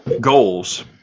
goals